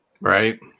Right